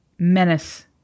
Menace